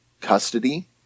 custody